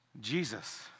Jesus